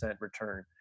return